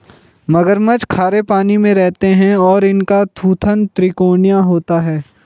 मगरमच्छ खारे पानी में रहते हैं और इनका थूथन त्रिकोणीय होता है